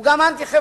הוא גם אנטי-חברתי.